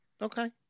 okay